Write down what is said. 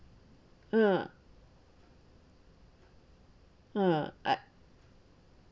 uh uh i